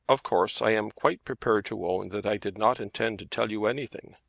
of course i am quite prepared to own that i did not intend to tell you anything.